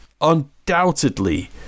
undoubtedly